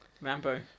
Rambo